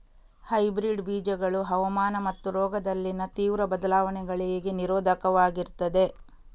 hybrid ಬೀಜಗಳು ಹವಾಮಾನ ಮತ್ತು ರೋಗದಲ್ಲಿನ ತೀವ್ರ ಬದಲಾವಣೆಗಳಿಗೆ ನಿರೋಧಕವಾಗಿರ್ತದೆ